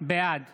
בעד